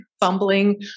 fumbling